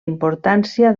importància